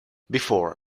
before